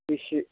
इसे